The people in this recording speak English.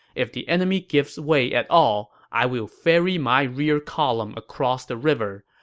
if the enemy gives way at all, i will ferry my rear column across the river.